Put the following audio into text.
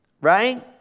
Right